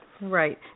right